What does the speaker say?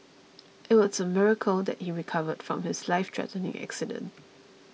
it was a miracle that he recovered from his life threatening accident